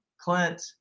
Clint